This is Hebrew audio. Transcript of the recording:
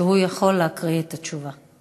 שהוא יכול להקריא את התשובה.